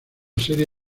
serie